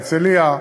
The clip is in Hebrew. הרצלייה,